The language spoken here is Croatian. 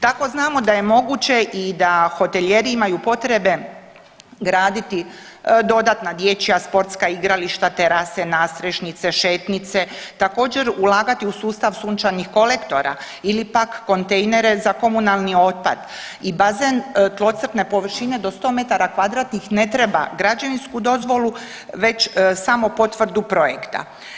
Tako znamo da je moguće i da hotelijeri imaju potrebe graditi dodatna dječja, sportska igrališta, terase, nadstrešnice, šetnice, također ulagati u sustav sunčanih kolektora ili pak kontejnere za komunalni otpad i bazen tlocrtne površine do 100 metara kvadratnih ne treba građevinsku dozvolu već samo potvrdu projekta.